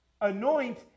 Anoint